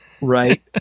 Right